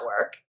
work